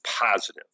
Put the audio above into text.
positive